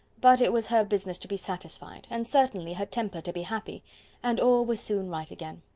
but it was her business to be satisfied and certainly her temper to be happy and all was soon right again.